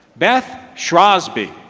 beth shrosby